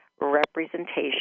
Representation